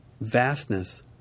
vastness